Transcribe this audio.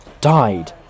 died